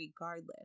regardless